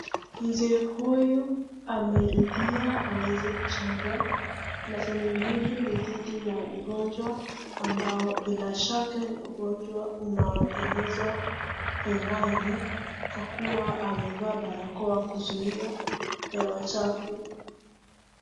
Mzee huyu ameridhia aweze kuchanjwa, na chanjo hili ni dhidi ya ugonjwa ambao bila shaka ni ugonjwa unaoenezwa hewani kwa kuwa amevaa barakao kuzuia hewa chafu.